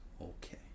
Okay